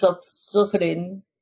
suffering